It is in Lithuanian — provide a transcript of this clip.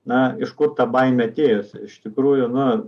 na iš kur ta baimė atėjusi iš tikrųjų nu